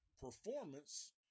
performance